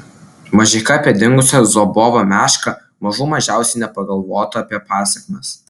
mažeika apie dingusią zobovo mešką mažų mažiausiai nepagalvota apie pasekmes